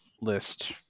list